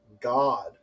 God